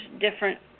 different